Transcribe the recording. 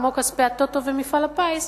כמו כספי ה"טוטו" ומפעל הפיס,